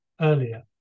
earlier